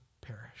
perish